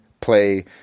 play